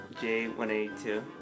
J182